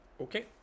okay